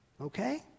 Okay